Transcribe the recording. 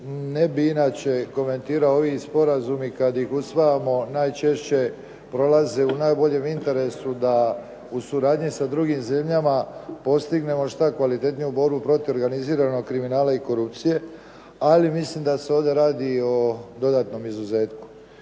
Ne bih inače komentirao. Ovi sporazumi kad ih usvajamo najčešće prolaze u najboljem interesu da u suradnji sa drugim zemljama postignemo što kvalitetniju borbu protiv organiziranog kriminala i korupcije. Ali mislim da se ovdje radi i o dodatnom izuzetku.